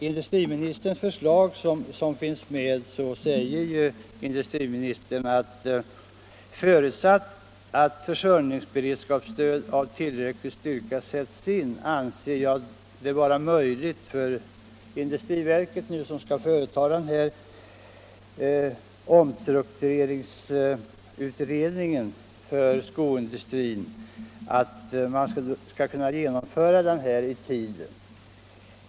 Industriministern säger i propositionen att förutsatt att försörjningsberedskapsstöd av tillräcklig styrka sätts in skall det vara möjligt för industriverket, som skall företa utredningen om en omstrukturering av skoindustrin, att genomföra en sådan i tid.